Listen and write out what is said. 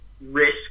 Risk